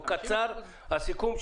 הוא קצר וברור